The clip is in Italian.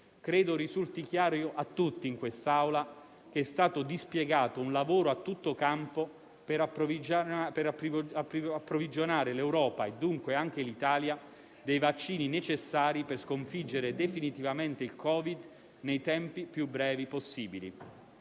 Credo risulti chiaro a tutti in quest'Aula che è stato dispiegato un lavoro a tutto campo per approvvigionare l'Europa e, dunque, anche l'Italia, dei vaccini necessari per sconfiggere definitivamente il Covid nei tempi più brevi possibili.